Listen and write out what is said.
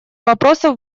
вопроса